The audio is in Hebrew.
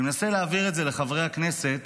אני מנסה להעביר את זה לחברי הכנסת